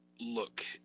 look